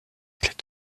est